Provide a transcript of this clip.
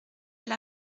elle